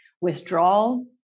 withdrawal